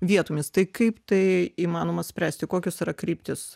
vietomis tai kaip tai įmanoma spręsti kokios yra kryptys